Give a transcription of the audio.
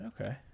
Okay